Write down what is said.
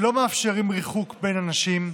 שלא מאפשרים ריחוק בין אנשים,